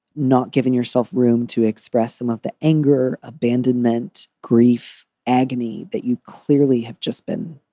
not giving yourself room to express some of the anger, abandonment, grief, agony that you clearly have just been.